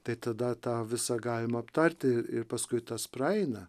tai tada tą visa galim aptarti ir ir paskui tas praeina